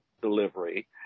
delivery